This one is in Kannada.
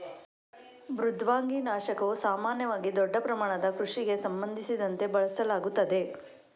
ಮೃದ್ವಂಗಿ ನಾಶಕವು ಸಾಮಾನ್ಯವಾಗಿ ದೊಡ್ಡ ಪ್ರಮಾಣದ ಕೃಷಿಗೆ ಸಂಬಂಧಿಸಿದಂತೆ ಬಳಸಲಾಗುತ್ತದೆ